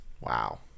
wow